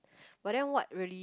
but then what really